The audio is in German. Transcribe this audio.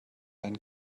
einen